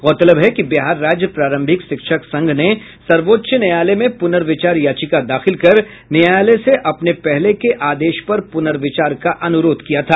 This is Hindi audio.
गौरतलब है कि बिहार राज्य प्राथमिक शिक्षक संघ ने सर्वोच्च न्यायालय में पूर्नविचार याचिका दाखिल कर न्यायालय से अपने पहले के आदेश पर पुर्नविचार का अनुरोध किया था